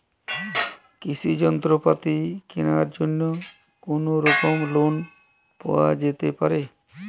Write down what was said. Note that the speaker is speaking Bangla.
কৃষিযন্ত্রপাতি কেনার জন্য কোনোরকম লোন পাওয়া যেতে পারে?